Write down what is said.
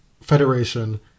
Federation